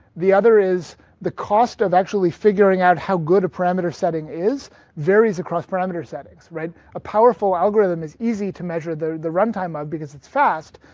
the other is the cost of actually figuring out how good a parameter setting is varies across parameter settings, right. a powerful algorithm is easy to measure the the run time of because it's fast,